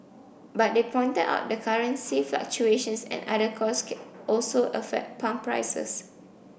but they pointed out that currency fluctuations and other costs also affect pump prices